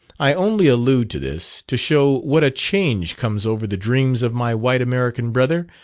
i only allude to this, to show what a change comes over the dreams of my white american brother,